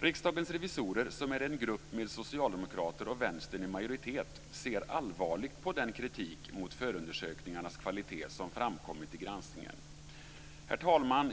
Riksdagens revisorer, som är en grupp med socialdemokrater och vänstern i majoritet, ser allvarligt på den kritik mot förundersökningarnas kvalitet som framkommit i granskningen. Herr talman!